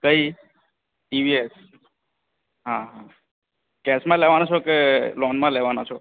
કઈ ટીવીએસ હા હા કેશમાં લેવાના છો કે લોનમાં લેવાના છો